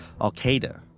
al-Qaeda